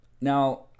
Now